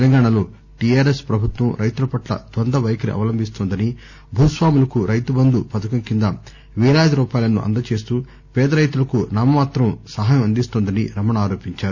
తెలంగాణాలో టీఆర్ఎస్ పభుత్వం రైతులపట్ల ద్వంద్వ వైఖరి అవలంభిస్తోందనిభూస్వాములకు రైతుబందు పథకం క్రింద వేలాది రూపాయలను అందజేస్తూ పేద రైతులకు నామమాతంగా సహాయం అందిస్తోందని రమణ ఆరోపించారు